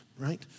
Right